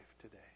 today